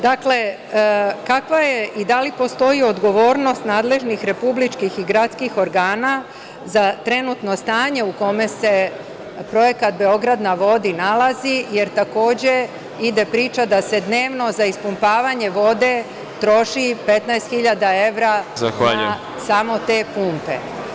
Dakle, kakva je i da li postoji odgovornost nadležnih republičkih i gradskih organa za trenutno stanje u kome se projekat „Beograd na vodi“ nalazi, jer takođe ide priča da se dnevno za ispumpavanje vode troši 15.000 evra na samo te pumpe.